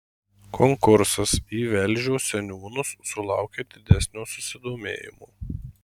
konkursas į velžio seniūnus sulaukė didesnio susidomėjimo